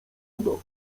udo